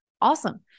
Awesome